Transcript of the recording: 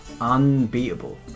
unbeatable